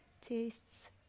tastes